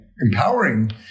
empowering